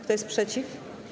Kto jest przeciw?